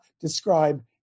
describe